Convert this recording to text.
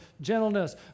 gentleness